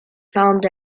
found